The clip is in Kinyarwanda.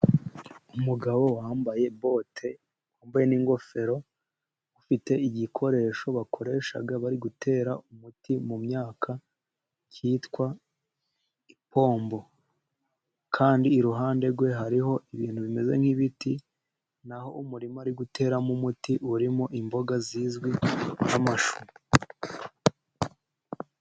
Umugabo wambaye bote, wambaye n'ingofero, ufite igikoresho bakoresha bari gutera umuti mu myaka cyitwa ipombo. Kandi iruhande rwe hariho ibintu bimeze nk'ibiti, naho umurima ari guteramo umuti, urimo imboga zizwi nk'amashu.